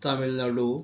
Tamil Nadu